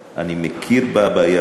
אני מכיר בבעיה הזאת.